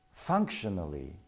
Functionally